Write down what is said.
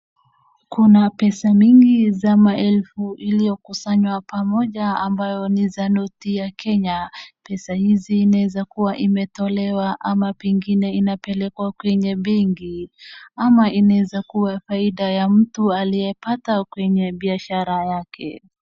Kuna pesa mingi za maelfu iliyokusanywa pamoja ambayo ni za noti ya Kenya. Pesa hizi inaeza kuwa imetolewa ama pengine inapelekwa kwenye benki, ama inaeza kuwa faida ya mtu aliyepata kwenye biashara yake.